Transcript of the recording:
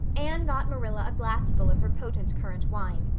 anne got marilla a glassful of her potent currant wine.